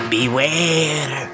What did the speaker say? Beware